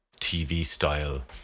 TV-style